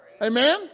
Amen